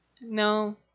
No